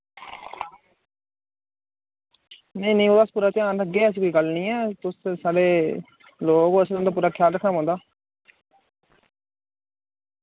नेईं नेईं ओह्दा अस पूरा ध्यान रक्खगे ऐसी कोई गल्ल नेईं ऐ तुस साढ़े लोक ओ असें तुं'दा पूरा ख्याल रक्खना पौंदा